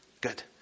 Good